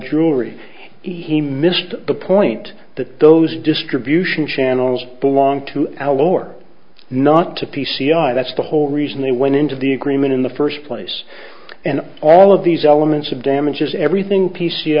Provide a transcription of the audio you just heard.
drury he missed the point that those distribution channels belong to alow or not to p c i that's the whole reason they went into the agreement in the first place and all of these elements of damages everything p